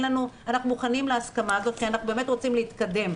אנחנו מוכנים להסכמה הזאת כי אנחנו באמת רוצים להתקדם,